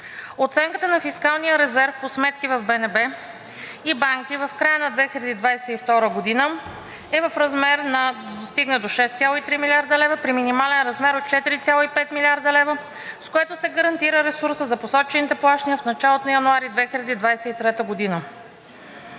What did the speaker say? Оценката на фискалния резерв по сметки в БНБ и банки в края на 2022 г. достигна до 6,3 млрд. лв. при минимален размер от 4,5 млрд. лв., с което се гарантира ресурсът за посочените плащания в началото на януари 2023 г.